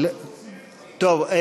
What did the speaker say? טוב,